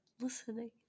Listening